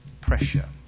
pressure